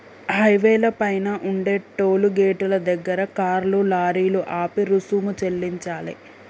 హైవేల పైన ఉండే టోలు గేటుల దగ్గర కార్లు, లారీలు ఆపి రుసుము చెల్లించాలే